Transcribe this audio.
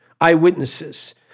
eyewitnesses